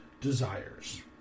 desires